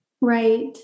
Right